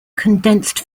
condensed